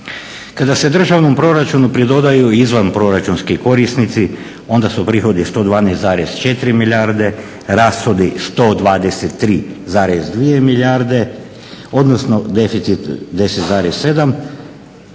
Kada se državnom proračunu pridodaju izvanproračunski korisnici onda su prihodi 112,4 milijarde, rashodi 123,2 milijarde odnosno deficit 10,7, a